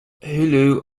hullo